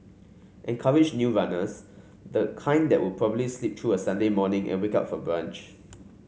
encourage new runners the kind that would probably sleep through a Sunday morning and wake up for brunch